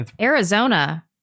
arizona